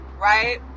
right